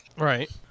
Right